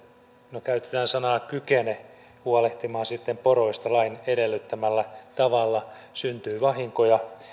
no käytetään sanaa kykene huolehtimaan sitten poroista lain edellyttämällä tavalla syntyy vahinkoja